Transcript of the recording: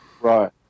Right